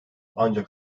ancak